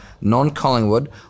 non-Collingwood